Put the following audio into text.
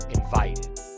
invited